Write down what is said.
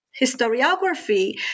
historiography